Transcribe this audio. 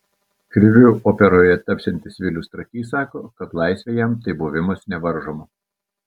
kriviu operoje tapsiantis vilius trakys sako kad laisvė jam tai buvimas nevaržomu